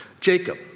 Jacob